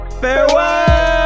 Farewell